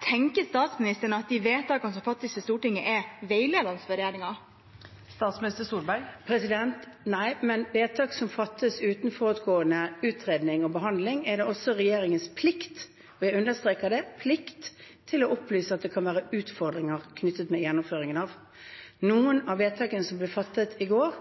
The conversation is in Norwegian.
Tenker statsministeren at de vedtakene som fattes i Stortinget, er veiledende for regjeringen? Nei, men vedtak som fattes uten forutgående utredning og behandling, er det også regjeringens plikt – og jeg understreker det: plikt – til å opplyse om at det kan være utfordringer knyttet til gjennomføringen av. Noen av vedtakene som ble fattet i går,